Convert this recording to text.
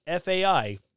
FAI